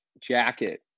jacket